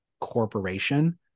corporation